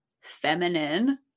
feminine